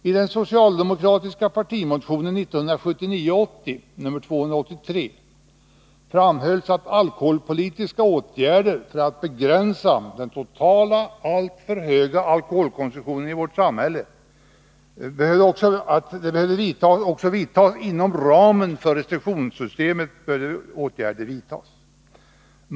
I den socialdemokratiska partimotionen 1979/80:283 framhölls att alkoholpolitiska åtgärder för att begränsa den totala, alltför höga alkoholkonsumtionen i vårt samhälle behövde vidtas inom ramen för restriktionssystemet.